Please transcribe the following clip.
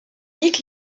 nick